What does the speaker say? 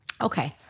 Okay